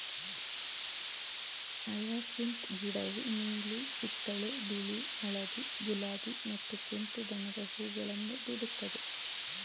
hyacinth ಗಿಡವು ನೀಲಿ, ಕಿತ್ತಳೆ, ಬಿಳಿ, ಹಳದಿ, ಗುಲಾಬಿ ಮತ್ತು ಕೆಂಪು ಬಣ್ಣದ ಹೂಗಳನ್ನು ಬಿಡುತ್ತದೆ